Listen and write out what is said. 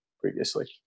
previously